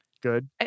Good